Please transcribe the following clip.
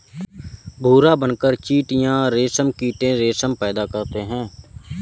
भूरा बुनकर चीटियां रेशम के कीड़े रेशम पैदा करते हैं